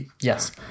Yes